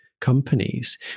companies